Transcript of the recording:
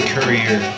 Courier